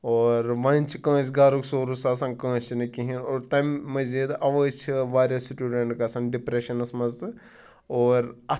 اور وۄنۍ چھِ کٲنٛسِہ گَرُک سورس آسان کٲنٛسِہ نہٕ کِہینۍ اور تَمہِ مٔزیٖد اَوَے چھِ واریاہ سِٹوٗڈَنٛٹ گژھان ڈِپرٛشَنَس منٛز تہٕ اور اَتھ